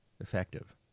effective